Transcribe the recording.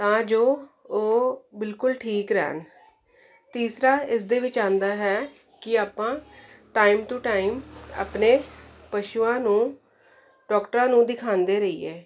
ਤਾਂ ਜੋ ਉਹ ਬਿਲਕੁਲ ਠੀਕ ਰਹਿਣ ਤੀਸਰਾ ਇਸ ਦੇ ਵਿੱਚ ਆਉਂਦਾ ਹੈ ਕਿ ਆਪਾਂ ਟਾਈਮ ਟੂ ਟਾਈਮ ਆਪਣੇ ਪਸ਼ੂਆਂ ਨੂੰ ਡਾਕਟਰਾਂ ਨੂੰ ਦਿਖਾਉਂਦੇ ਰਹੀਏ